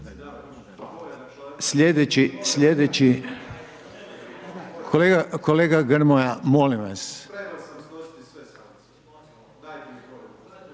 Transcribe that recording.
Slijedeći, kolega Grmoja, molim vas,